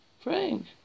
Frank